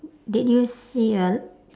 did you see a